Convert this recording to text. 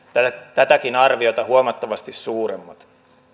tätäkin arviota huomattavasti suuremmat